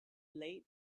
late